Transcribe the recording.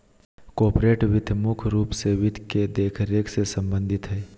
corporate वित्त मुख्य रूप से वित्त के देखरेख से सम्बन्धित हय